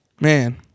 Man